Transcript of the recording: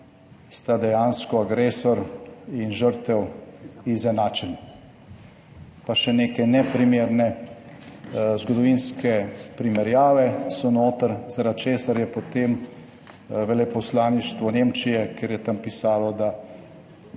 sta dejansko agresor in žrtev izenačeni, pa še neke neprimerne zgodovinske primerjave so noter, zaradi česar je potem veleposlaništvo Nemčije, ker je tam pisalo, da